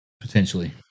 potentially